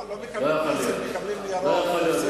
לא יכול להיות.